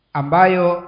ambayo